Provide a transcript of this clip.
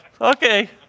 okay